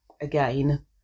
again